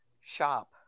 shop